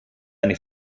eine